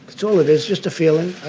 that's all it is, just a feeling.